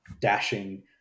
dashing